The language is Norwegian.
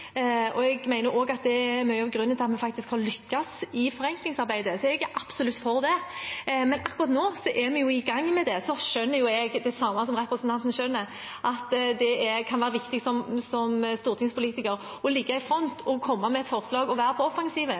mye av grunnen til at vi faktisk har lyktes i forenklingsarbeidet. Så jeg er absolutt for det. Akkurat nå er vi jo i gang med det. Så skjønner jeg, akkurat som representanten, at det kan være viktig som stortingspolitiker å ligge i front, komme med forslag og være på